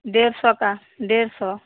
डेढ़ सौ का डेढ़ सौ